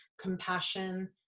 compassion